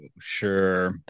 Sure